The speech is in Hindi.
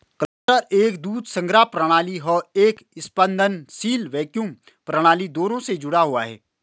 क्लस्टर एक दूध संग्रह प्रणाली और एक स्पंदनशील वैक्यूम प्रणाली दोनों से जुड़ा हुआ है